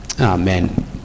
Amen